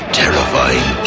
terrifying